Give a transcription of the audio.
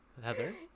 Heather